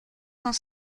cent